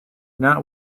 not